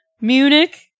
Munich